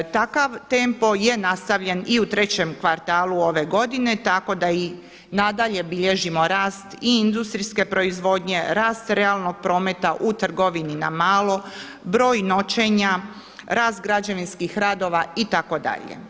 Takav tempo je nastavljen i u trećem kvartalu ove godine, tako da i nadalje bilježimo rast i industrijske proizvodnje, rast realnog prometa u trgovini na malo, broj noćenja, rast građevinskih radova itd.